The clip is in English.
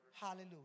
Hallelujah